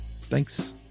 Thanks